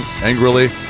angrily